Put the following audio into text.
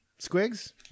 Squigs